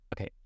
okay